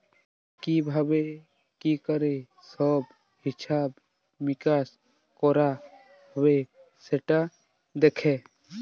কি ভাবে কি ক্যরে সব হিছাব মিকাশ কয়রা হ্যবে সেটা দ্যাখে